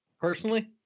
Personally